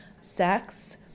sex